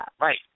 Right